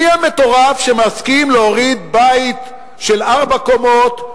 מי המטורף שמסכים להוריד בית של ארבע קומות,